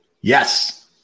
Yes